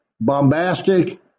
bombastic